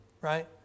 right